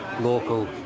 local